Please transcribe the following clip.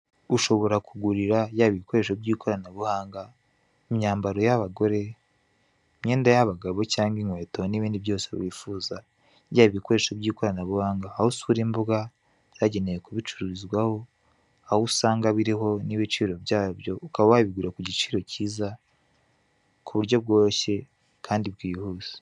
Ushobora kugurira yaba ibikoresho by'ikoranabuhanga, imyambaro y'abagore, imyenda y'abagabo cyangwa inkweto n'ibindi byose wifuza, yaba ibikoresho by'ikoranabuhanga, aho usura imbuga zagenewe kubicuruzwaho, aho usanga hariho n,ibiciro byabyo ukaba wabigura ku giciro kiza ku buryo bworoshye kandi bwihuse.